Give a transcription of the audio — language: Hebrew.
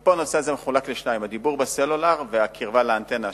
ופה הנושא הזה מחולק לשניים: הדיבור בסלולר והקרבה לאנטנה,